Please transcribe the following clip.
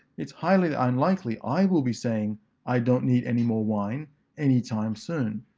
it's highly unlikely i will be saying i don't need anymore wine anytime soon.